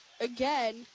again